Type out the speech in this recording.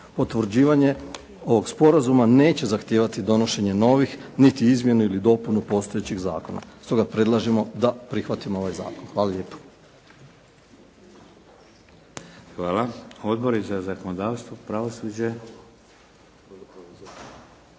Potvrđivanje ovoga Sporazuma neće zahtijevati donošenje novih niti izmjenu ili dopunu postojećih zakona. Stoga predlažemo da prihvatimo ovaj zakon. Hvala lijepo. **Šeks, Vladimir (HDZ)** Hvala. Odbori za zakonodavstvo, pravosuđe?